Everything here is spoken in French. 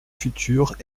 futures